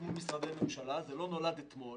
מול משרדי ממשלה זה לא נולד אתמול